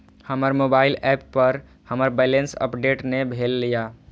हमर mobile app पर हमर बैलेंस अपडेट ने भेल या